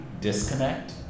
disconnect